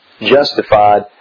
justified